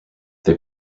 they